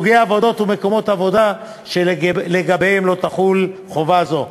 סוגי עבודות ומקומות עבודה שלגביהם לא תחול חובה זו.